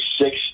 six